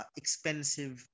expensive